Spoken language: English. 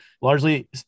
largely